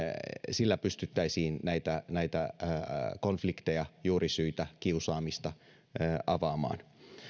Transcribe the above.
sillä pystyttäisiin näitä näitä konflikteja juurisyitä ja kiusaamista avaamaan